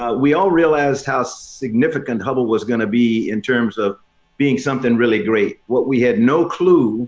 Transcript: ah we all realized how significant hubble was going to be in terms of being something really great. what we had no clue